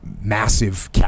massive